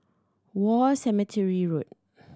War Cemetery Road